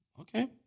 okay